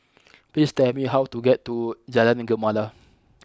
please tell me how to get to Jalan Gemala